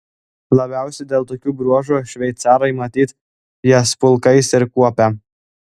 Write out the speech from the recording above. labiausiai dėl tokių bruožų šveicarai matyt jas pulkais ir kuopia